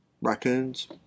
raccoons